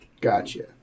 Gotcha